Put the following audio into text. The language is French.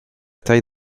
taille